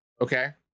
okay